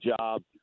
job